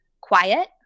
quiet